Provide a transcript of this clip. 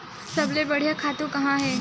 सबले बढ़िया खातु का हे?